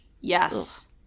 Yes